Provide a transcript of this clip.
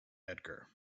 edgar